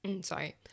sorry